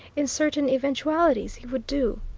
in certain eventualities, he would do.